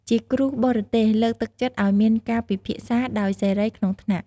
ជាគ្រូបរទេសលើកទឹកចិត្តឲ្យមានការពិភាក្សាដោយសេរីក្នុងថ្នាក់។